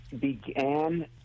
began